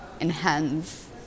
enhance